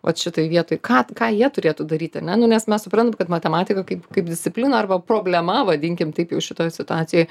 vat šitoj vietoj ką ką jie turėtų daryti ar ne nu nes mes suprantam kad matematika kaip kaip disciplina arba problema vadinkim taip jau šitoj situacijoj